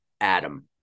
Adam